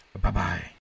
Bye-bye